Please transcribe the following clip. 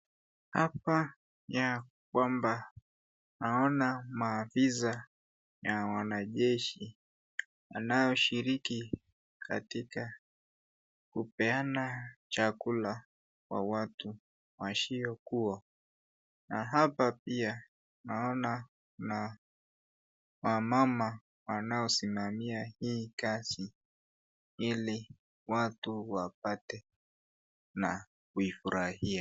Hapa ya kwamba naona maafisa ya wanajeshi wanaoshiriki katika kupeana chakula kwa watu wasiokuwa. Na hapa pia naona kuna wamama wanaosimamia hii kazi ili watu wapate na kuifurahia.